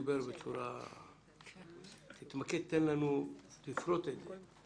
דודי, תתמקד, תפרט את זה.